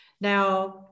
Now